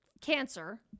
cancer